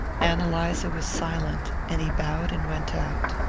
ann eliza was silent, and he bowed and went out.